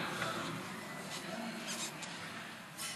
בבקשה.